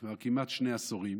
כבר כמעט שני עשורים,